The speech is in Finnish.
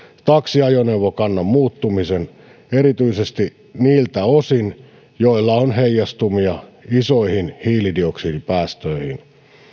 taksiajoneuvokannan muuttumiseen erityisesti niiltä osin joilla on heijastumia isoihin hiilidioksidipäästöihin